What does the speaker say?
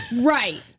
Right